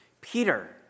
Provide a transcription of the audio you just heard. Peter